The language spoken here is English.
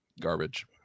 garbage